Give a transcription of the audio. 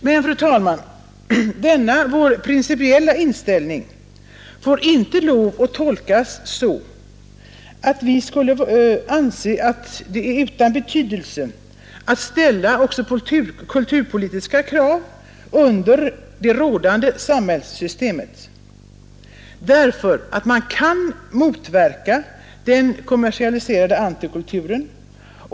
Men, fru talman, denna vår principiella inställning får inte tolkas så, att vi skulle anse det vara utan betydelse att ställa kulturpolitiska krav också under det rådande samhällssystemet. Man kan motverka den kommersialiserade antikulturen.